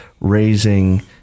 raising